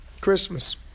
Christmas